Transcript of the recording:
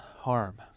harm